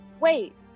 Wait